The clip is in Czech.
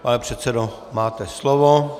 Pane předsedo, máte slovo.